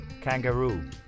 kangaroo